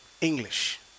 English